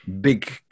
big